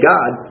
God